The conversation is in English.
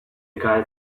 guy